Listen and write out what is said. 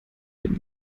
den